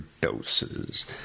doses